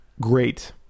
great